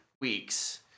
weeks